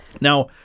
Now